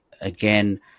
again